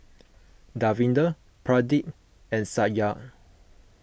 Davinder Pradip and Satya